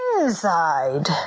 inside